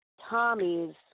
Tommy's